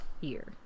year